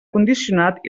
condicionat